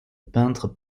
peintres